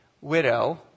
widow